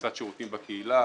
קצת שירותים בקהילה,